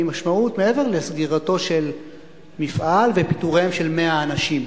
היא משמעות מעבר לסגירתו של מפעל ופיטוריהם של 100 אנשים,